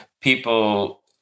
people